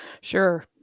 Sure